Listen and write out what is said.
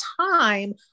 time